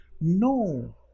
No